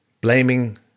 blaming